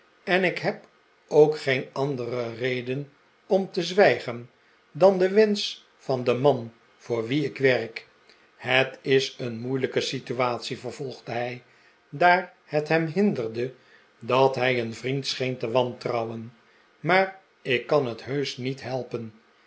en ik heb ook geen andere reden om te z wij gen dan den wensch van den man voor wien ik werk het is een moeilijke situatie vervolgde hij daar het hem hinderde dat hij zijn vriend scheen te wantrouwen maar ik kan het heusch niet helpen